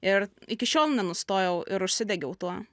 ir iki šiol nenustojau ir užsidegiau tuo